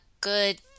good